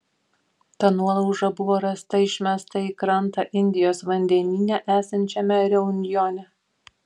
ta nuolauža buvo rasta išmesta į krantą indijos vandenyne esančiame reunjone